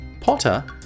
potter